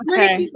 Okay